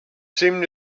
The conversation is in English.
seem